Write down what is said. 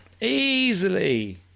easily